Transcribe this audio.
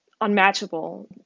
unmatchable